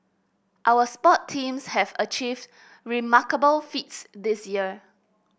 our sports teams have achieved remarkable feats this year